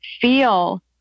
feel